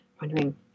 wondering